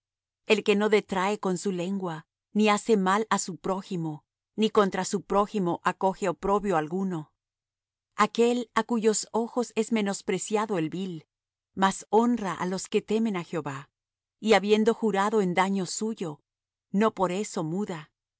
el que no detrae con su lengua ni hace mal á su prójimo ni contra su prójimo acoge oprobio alguno aquel á cuyos ojos es menospreciado el vil mas honra á los que temen á jehová y habiendo jurado en daño suyo no por eso muda